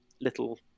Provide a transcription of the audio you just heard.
little